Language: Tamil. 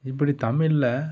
இப்படி தமிழ்ல